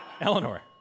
Eleanor